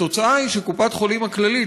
התוצאה היא שקופת-חולים כללית,